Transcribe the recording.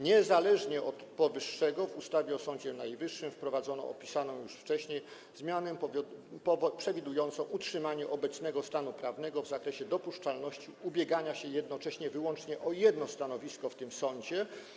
Nienależnie od powyższego w ustawie o Sądzie Najwyższym wprowadzono opisaną już wcześniej zmianę przewidującą utrzymanie obecnego stanu prawnego w zakresie dopuszczalności ubiegania się jednocześnie wyłącznie o jedno stanowisko w tym sądzie.